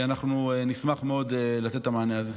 אנחנו נשמח מאוד לתת את המענה הזה.